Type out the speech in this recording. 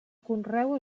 conreu